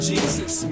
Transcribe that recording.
Jesus